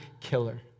killer